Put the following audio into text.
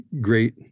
great